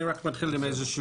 אני רק מתחיל עם רקע.